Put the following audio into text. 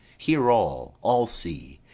hear all, all see,